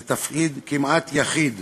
זה תפקיד כמעט יחיד